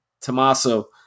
Tommaso